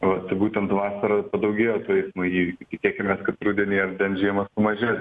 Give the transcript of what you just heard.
o būtent vasarą padaugėjo tų eismo įvykių tikėkimės kad rudenį ar bent žiemą sumažės